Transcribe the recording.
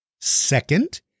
Second